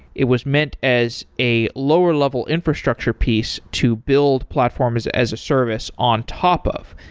it was meant as a lower level infrastructure piece to build platforms as a service on top of,